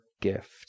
gift